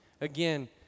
again